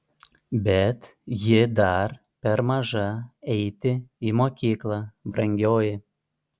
bet ji dar per maža eiti į mokyklą brangioji